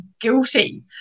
guilty